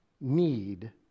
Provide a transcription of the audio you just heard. need